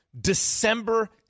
December